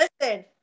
Listen